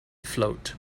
float